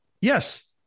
yes